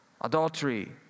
Adultery